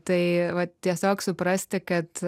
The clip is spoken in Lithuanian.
tai tiesiog suprasti kad